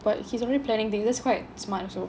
but he's already planning the this quite smart also